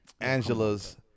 Angela's